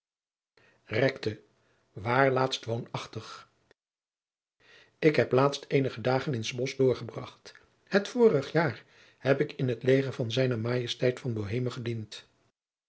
recte waar laatst woonachtig ik heb laatst eenige dagen in s bosch doorgebracht het vorige jaar heb ik in t leger van z m van boheme gediend